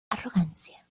arrogancia